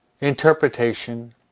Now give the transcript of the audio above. interpretation